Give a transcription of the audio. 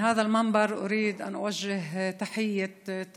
(אומרת דברים בשפה הערבית, להלן